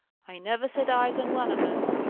i never set eyes on one of em!